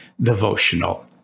devotional